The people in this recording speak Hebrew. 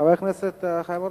חבר הכנסת חיים אורון.